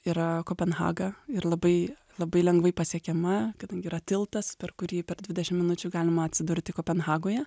yra kopenhaga ir labai labai lengvai pasiekiama kadangi yra tiltas per kurį per dvidešim minučių galima atsidurti kopenhagoje